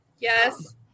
Yes